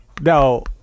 No